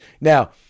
Now